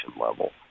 level